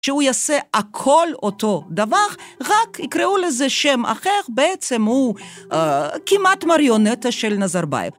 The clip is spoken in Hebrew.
שהוא יעשה הכל אותו דבר, רק יקראו לזה שם אחר, בעצם הוא כמעט מריונטה של נזרבייב.